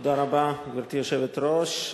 תודה רבה, גברתי היושבת-ראש.